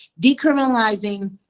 decriminalizing